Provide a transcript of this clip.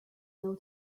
know